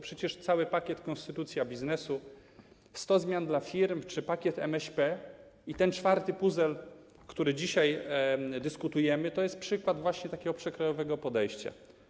Przecież cały pakiet konstytucji biznesu, 100 zmian dla firm, pakiet MŚP i ten czwarty puzzel, o którym dzisiaj dyskutujemy, to przykłady właśnie takiego przekrojowego podejścia.